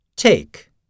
Take